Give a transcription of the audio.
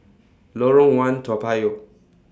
Lorong one Toa Payoh